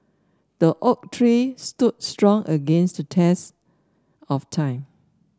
the oak tree stood strong against the test of time